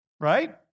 right